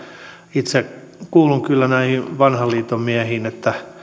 itse kuulun kyllä näihin vanhan liiton miehiin